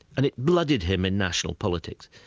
and it blooded him in national politics.